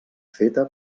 feta